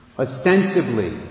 Ostensibly